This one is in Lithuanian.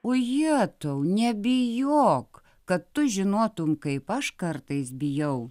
o jietau nebijok kad tu žinotum kaip aš kartais bijau